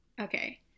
Okay